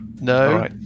No